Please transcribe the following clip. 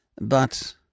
But